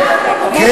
כן.